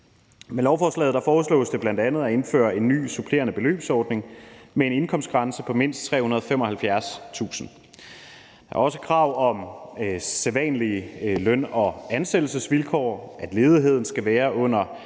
Med lovforslaget foreslås det bl.a. at indføre en ny supplerende beløbsordning med en indkomstgrænse på mindst 375.000 kr. Der er også krav om sædvanlige løn- og ansættelsesvilkår, at ledigheden skal være under